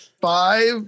five